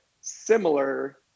similar